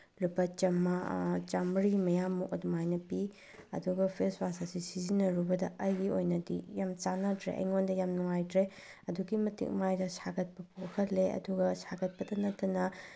ꯂꯨꯄꯥ ꯆꯥꯝꯃꯔꯤ ꯃꯌꯥꯃꯨꯛ ꯑꯗꯨꯃꯥꯏꯅ ꯄꯤ ꯑꯗꯨꯒ ꯐꯦꯁ ꯋꯥꯁ ꯑꯁꯤ ꯁꯤꯖꯤꯟꯅꯔꯨꯕꯗ ꯑꯩꯒꯤ ꯑꯣꯏꯅꯗꯤ ꯌꯥꯝ ꯆꯥꯟꯅꯗ꯭ꯔꯦ ꯑꯩꯉꯣꯟꯗ ꯌꯥꯝ ꯅꯨꯡꯉꯥꯏꯇ꯭ꯔꯦ ꯑꯗꯨꯛꯀꯤ ꯃꯇꯤꯛ ꯃꯥꯏꯗ ꯁꯥꯒꯠꯄ ꯄꯣꯛꯍꯜꯂꯦ ꯑꯗꯨꯒ ꯁꯥꯒꯠꯄꯗ ꯅꯠꯇꯅ